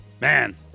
Man